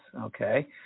Okay